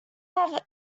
have